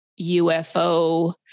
UFO